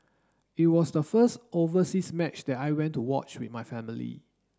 it was the first overseas match that I went to watch with my family